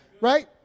Right